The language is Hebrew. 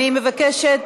אני מבקשת,